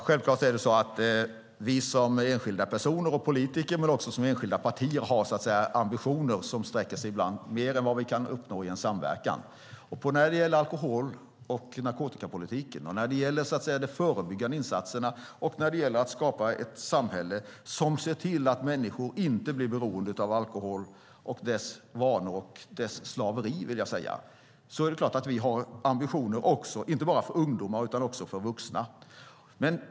Herr talman! Självklart har vi som enskilda personer och politiker, och även som enskilda partier, ambitioner som ibland sträcker sig längre än vad vi kan uppnå i en samverkan. När det gäller alkohol och narkotikapolitiken, de förebyggande insatserna och skapandet av ett samhälle som ser till att människor inte blir beroende av alkohol - alkoholens slaveri, skulle jag vilja säga - är det klart att vi har ambitioner inte bara för ungdomar utan också för vuxna.